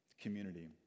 community